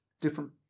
different